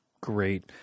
great